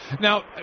Now